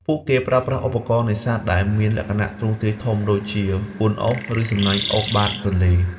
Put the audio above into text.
ពួកគេប្រើប្រាស់ឧបករណ៍នេសាទដែលមានលក្ខណៈ ទ្រង់ទ្រាយធំ ដូចជា អួនអូស ឬសំណាញ់អូសបាតទន្លេ។